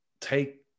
take